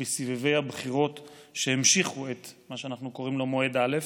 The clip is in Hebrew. בסבבי הבחירות שהמשיכו את מה שאנחנו קוראים לו מועד א',